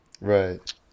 right